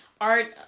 art